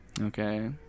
Okay